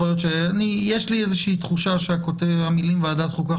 יש לי איזושהי תחושה שהמילים "ועדת חוקה,